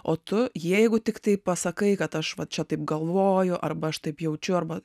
o tu jeigu tiktai pasakai kad aš va čia taip galvoju arba aš taip jaučiu arba